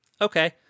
Okay